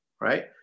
right